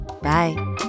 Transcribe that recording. Bye